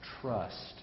trust